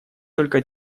только